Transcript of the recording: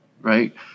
right